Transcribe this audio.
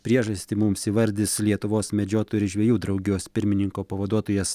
priežastį mums įvardis lietuvos medžiotojų ir žvejų draugijos pirmininko pavaduotojas